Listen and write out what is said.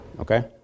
okay